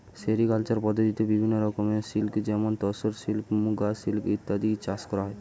sericulture পদ্ধতিতে বিভিন্ন রকমের সিল্ক যেমন তসর সিল্ক, মুগা সিল্ক ইত্যাদি চাষ করা হয়